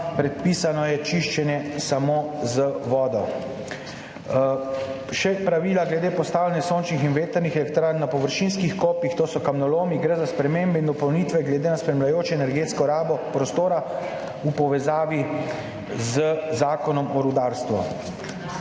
predpisano pa je čiščenje samo z vodo. Še pravila glede postavljanja sončnih in vetrnih elektrarn na površinskih kopih, to so kamnolomi. Gre za spremembe in dopolnitve glede na spremljajočo energetsko rabo prostora v povezavi z Zakonom o rudarstvu.